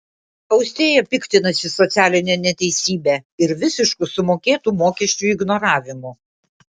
austėja piktinasi socialine neteisybe ir visišku sumokėtų mokesčių ignoravimu